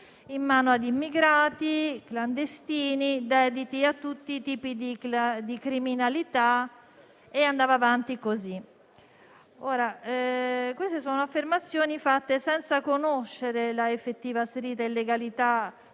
in mano ad immigrati clandestini dediti a tutti i tipi di criminalità. Queste sono affermazioni fatte senza conoscere l'effettiva asserita illegalità